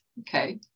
Okay